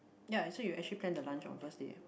ya so you actually plan the lunch on the first day